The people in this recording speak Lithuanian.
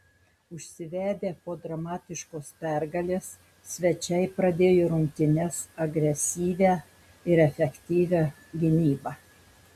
užsivedę po dramatiškos pergalės svečiai pradėjo rungtynes agresyvia ir efektyvia gynyba